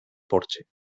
porche